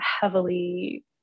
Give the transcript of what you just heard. heavily